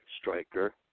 striker